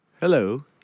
Hello